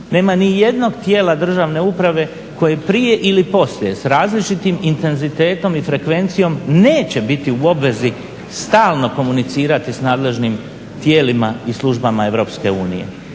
nema nijednog tijela državne uprave koje prije ili poslije, s različitim intenzitetom i frekvencijom neće biti u obvezi stalno komunicirati s nadležnim tijelima i službama EU.